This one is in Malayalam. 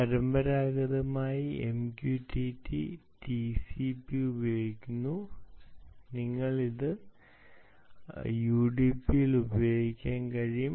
പരമ്പരാഗതമായി MQTT TCP ഉപയോഗിക്കുന്നു നിങ്ങൾക്ക് ഇത് യുഡിപിയിൽ ഉപയോഗിക്കാൻ കഴിയും